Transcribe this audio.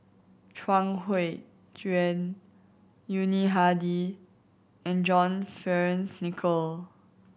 Chuang Hui Tsuan Yuni Hadi and John Fearns Nicoll